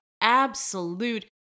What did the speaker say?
absolute